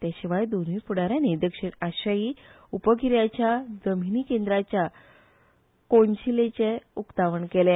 ते शिवाय दोनूय फुडारयांनी दक्षिण आशियायी उपगिरट्याच्या जमीनी केंद्राच्या कोनशिलेचे उक्तावण केले